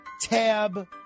Tab